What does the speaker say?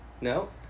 No